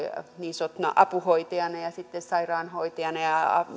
niin sanottuna apuhoitajana ja ja sitten sairaanhoitajana ja